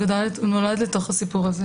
הוא נולד וגדל בתוך הסיפור הזה